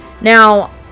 Now